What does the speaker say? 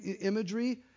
imagery